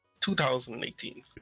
2018